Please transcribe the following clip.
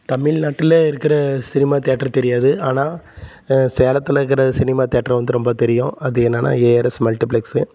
தமிழ் நாட்டில் இருக்கிற cinema theatre தெரியாது ஆனால் சேலத்தில் இருக்கிற சினிமா தேட்ரு வந்து ரொம்ப தெரியும் அது என்னென்னா ஏஆர்எஸ் மல்ட்டி ப்ளெக்ஸு